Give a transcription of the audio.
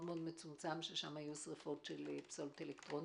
מצומצם שהיו שם שריפות של פסולת אלקטרונית,